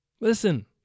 listen